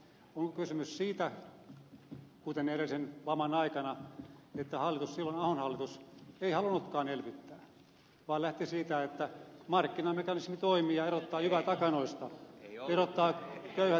on kysymys siitä kuten edellisen laman aikana että hallitus silloin ahon hallitus ei halunnutkaan elvyttää vaan lähti siitä että markkinamekanismi toimii ja erottaa jyvät akanoista erottaa köyhät rikkaista